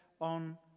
on